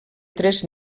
tres